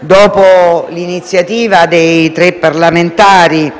dopo l'iniziativa dei tre parlamentari